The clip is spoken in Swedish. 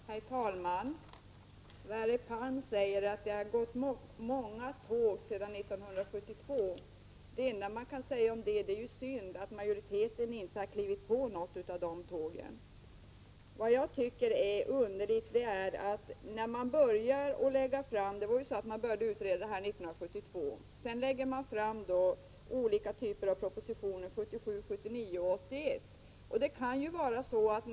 Herr talman! Sverre Palm sade att det har gått många tåg sedan 1972. Det är ju synd att majoriteten inte har klivit på något av dessa tåg. Man började utreda frågan om barnpensionens beskattning 1972. Sedan har det lagts fram propositioner 1977, 1979 och 1981.